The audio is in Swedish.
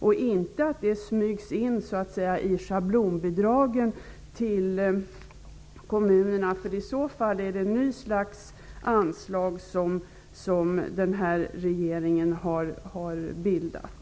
Det skall inte smygas in i schablonbidragen till kommunerna. I så fall har denna regering skapat ett nytt slags anslag.